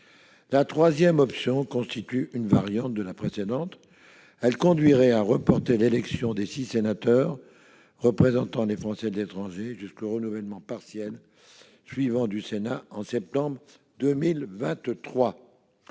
La troisième solution, qui constitue une variante de la précédente, consisterait à reporter l'élection des six sénateurs représentant les Français de l'étranger jusqu'au renouvellement partiel suivant du Sénat, soit en septembre 2023.